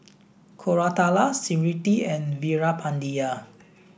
Koratala Smriti and Veerapandiya